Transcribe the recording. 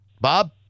Bob